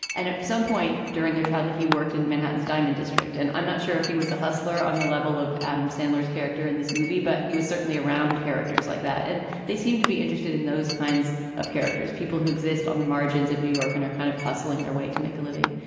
and at some point during their childhood, he worked in manhattan's diamond district. and i'm not sure if he was a hustler on the level of adam sandler's character in this movie, but he was certainly around characters like that. and they seemed to be interested in those kinds of characters, people who exist on the margins of new york and are kind of hustling their way to make a living.